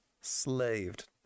Slaved